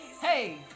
Hey